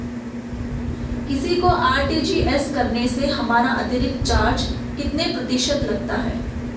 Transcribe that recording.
किसी को आर.टी.जी.एस करने से हमारा अतिरिक्त चार्ज कितने प्रतिशत लगता है?